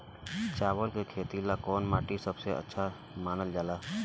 चावल के खेती ला कौन माटी सबसे अच्छा मानल जला?